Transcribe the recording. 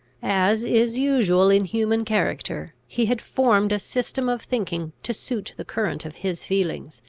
as is usual in human character, he had formed a system of thinking to suit the current of his feelings.